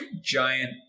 giant